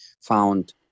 found